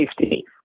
safety